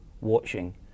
watching